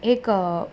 એક